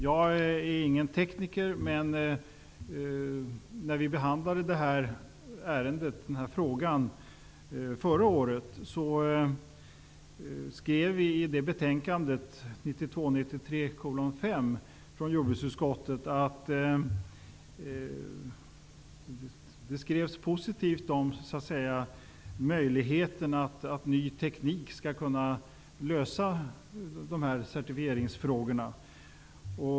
Jag är ingen tekniker, men i förra årets betänkande, 1992/93:JoU5, i detta ärende skrevs det positivt om möjligheten att med hjälp av ny teknik lösa certifieringsfrågorna.